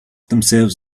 themselves